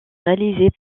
réalisée